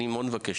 אני מאוד מבקש,